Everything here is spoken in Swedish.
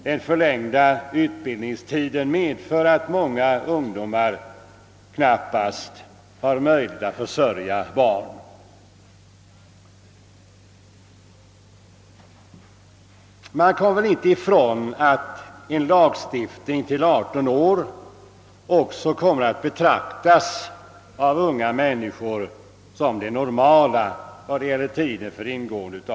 Den förlängda utbildningstiden medför att många ungdomar knappast har möjlighet att försörja barn. Man kommer inte ifrån att om en lag anger äktenskapsåldern till 18 år kommer denna ålder att av de unga betraktas som den normala tiden för ingående av äktenskap.